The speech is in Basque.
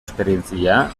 esperientzia